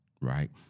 right